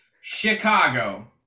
Chicago